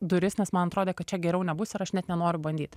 duris nes man atrodė kad čia geriau nebus ir aš net nenoriu bandyti